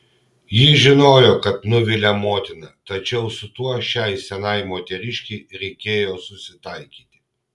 ji žinojo kad nuvilia motiną tačiau su tuo šiai senai moteriškei reikėjo susitaikyti